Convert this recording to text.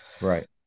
Right